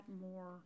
more